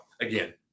again